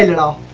and little